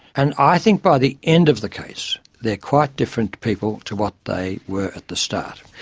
and i think by the end of the case they are quite different people to what they were at the start.